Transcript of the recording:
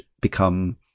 become